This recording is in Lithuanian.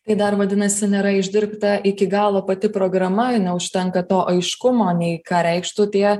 kai dar vadinasi nėra išdirbta iki galo pati programa neužtenka to aiškumo nei ką reikštų tie